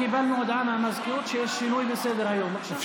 קיבלנו הודעה מהמזכירות שיש שינוי בסדר-היום עכשיו.